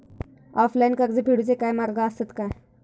Online कर्ज फेडूचे काय मार्ग आसत काय?